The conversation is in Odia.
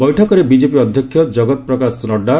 ବୈଠକରେ ବିଜେପି ଅଧ୍ୟକ୍ଷ ଜଗତ ପ୍ରକାଶ ନଡ଼ୁ